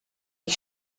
ich